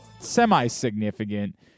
semi-significant